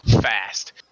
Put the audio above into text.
fast